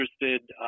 interested